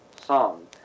song